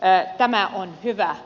tä mä on hyvä